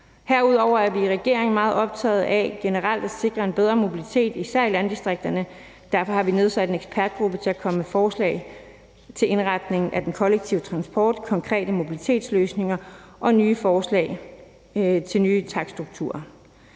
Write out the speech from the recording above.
Herudover er vi i regeringen meget optaget af generelt at sikre en bedre mobilitet, især i landdistrikterne. Derfor har vi nedsat en ekspertgruppe til at komme med forslag til indretningen af den kollektive transport, konkrete mobilitetsløsninger og nye forslag til nye takststrukturer.